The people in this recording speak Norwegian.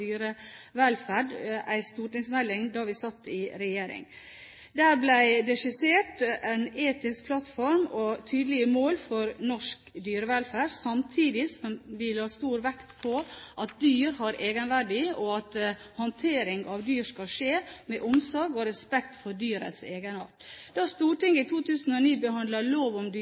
dyrevelferd da vi satt i regjering. Der ble det skissert en etisk plattform og tydelige mål for norsk dyrevelferd, samtidig som vi la stor vekt på at dyr har egenverdi, og at håndteringen av dyr skal skje med omsorg og respekt for dyrets egenart. Da Stortinget i 2009 behandlet lov om dyrevelferd, hadde regjeringen tatt ut formuleringen som sto i høringsforslaget om at dyr